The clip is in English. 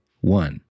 one